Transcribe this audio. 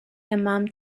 demam